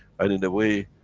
and in a way,